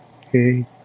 Hey